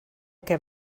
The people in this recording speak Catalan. que